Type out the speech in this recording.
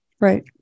right